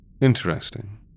Interesting